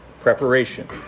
preparation